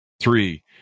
Three